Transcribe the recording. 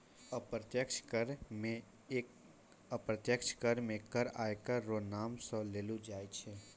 अप्रत्यक्ष कर मे कर आयकर रो नाम सं लेलो जाय छै